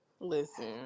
Listen